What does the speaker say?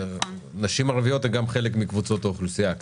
נשים ערביות הן חלק מקבוצות האוכלוסייה,